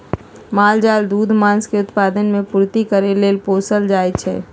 माल जाल दूध, मास के उत्पादन से पूर्ति करे लेल पोसल जाइ छइ